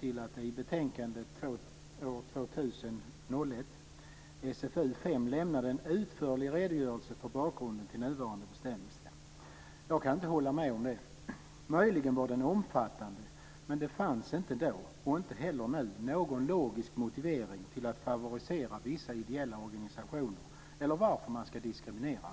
till att det i betänkande 2000/01:SfU5 lämnades en utförlig redogörelse för bakgrunden till nuvarande bestämmelser. Jag kan inte hålla med om det. Möjligen var redogörelsen omfattande, men det fanns inte då eller nu någon logisk motivering till att favorisera vissa ideella organisationer eller varför andra ska diskrimineras.